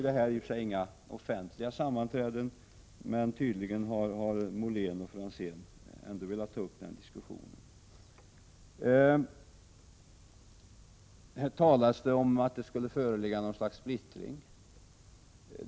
Det var i och för sig inget offentligt sammanträde, men tydligen har Ivar Franzén och Per-Richard Molén ändå velat beröra den diskussionen. De talade om att det skulle föreligga någon slags splittring.